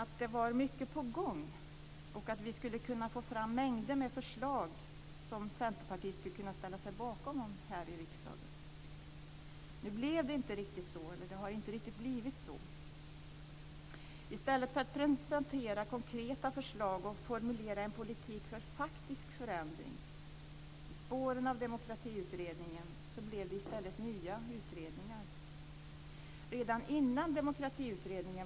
Utvecklingsarbetet kommer att hållas samman av en särskild demokratidelegation.